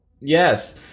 Yes